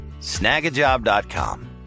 Snagajob.com